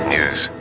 News